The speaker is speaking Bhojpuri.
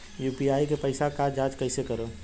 यू.पी.आई के पैसा क जांच कइसे करब?